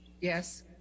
yes